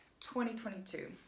2022